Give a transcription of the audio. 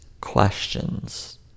questions